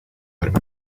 arm